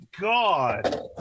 God